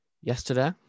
yesterday